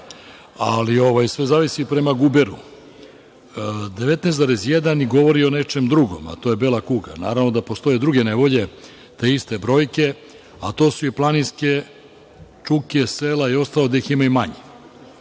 Ali, sve zavisi prema guberu. Dakle, 19,1 govori o nečemu drugom, a to je bela kuga. Naravno da postoje druge nevolje te iste brojke, a to su i planinske čuke, sela i ostalo, gde ih ima manje.